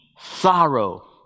sorrow